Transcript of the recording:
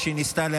הכנסת,